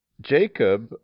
Jacob